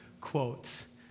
quotes